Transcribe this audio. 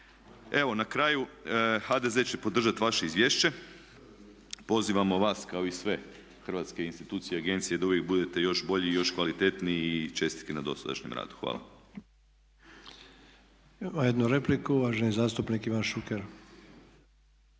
Evo, na kraju HDZ će podržati vaše izvješće. Pozivamo vas kao i sve hrvatske institucije i agencije da uvijek budete još bolji i još kvalitetniji i čestitke na dosadašnjem radu. Hvala. **Sanader, Ante (HDZ)** Imamo jednu repliku, uvaženi zastupnik Ivan Šuker.